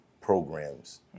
programs